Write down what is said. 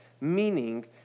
meaning